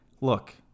Look